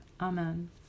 Amen